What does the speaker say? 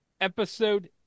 Episode